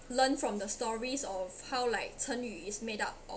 learnt from the stories or how like 成语 is made up of